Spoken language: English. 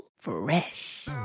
fresh